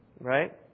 Right